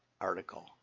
article